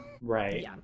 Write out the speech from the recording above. right